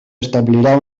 establirà